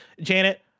Janet